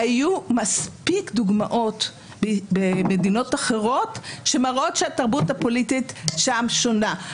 היו מספיק דוגמאות במדינות אחרות שמראות שהתרבות הפוליטית שם שונה.